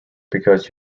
because